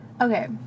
Okay